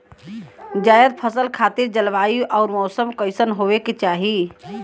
जायद फसल खातिर जलवायु अउर मौसम कइसन होवे के चाही?